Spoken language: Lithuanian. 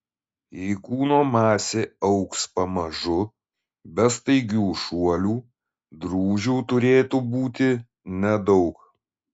jei kūno masė augs pamažu be staigių šuolių drūžių turėtų būti nedaug